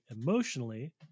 emotionally